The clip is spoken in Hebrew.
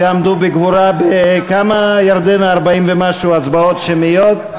שעמדו בגבורה ב-40 ומשהו הצבעות שמיות.